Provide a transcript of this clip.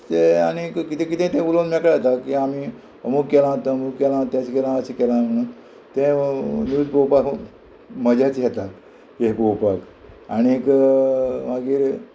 ते आनीक कितें कितें ते उलोवन मेकळे जाता की आमी अमूक केलां तें तमूक केलां तें केलां अशें केलां म्हणून तें न्यूज पोवपाक मजा येता हें पोवपाक आणीक मागीर